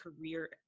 career